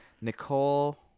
Nicole